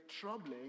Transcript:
troubling